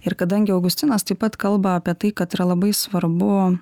ir kadangi augustinas taip pat kalba apie tai kad yra labai svarbu